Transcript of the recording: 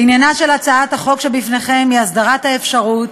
עניינה של הצעת החוק שבפניכם הוא הסדרת האפשרות